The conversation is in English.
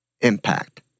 impact